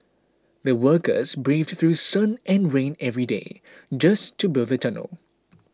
the workers braved through sun and rain every day just to build the tunnel